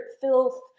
filth